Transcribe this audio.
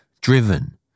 driven